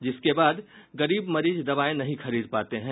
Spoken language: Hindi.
जिसके बाद गरीब मरीज दवाएं नहीं खरीद पाते हैं